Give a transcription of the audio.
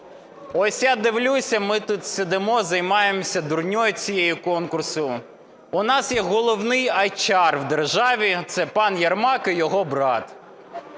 Ось я дивлюся, ми тут сидимо, займаємося дурнею цією, конкурсом. У нас є головний HR в державі – це пан Єрмак і його брат.